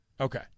Okay